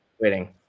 waiting